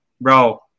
Bro